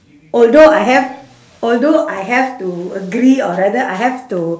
although I have although I have to agree or rather I have to